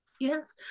Yes